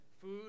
food